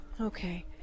Okay